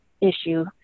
issue